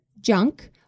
junk